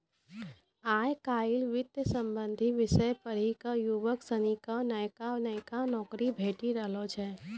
आय काइल वित्त संबंधी विषय पढ़ी क युवक सनी क नयका नयका नौकरी भेटी रहलो छै